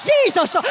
Jesus